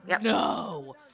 No